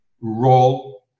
role